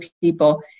people